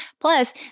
Plus